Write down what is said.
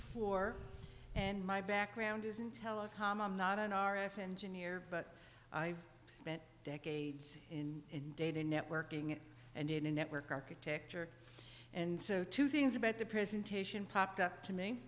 four and my background is in telecom i'm not an r f engineer but i've spent decades in data networking and in a network architecture and so two things about the presentation popped up to